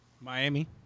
miami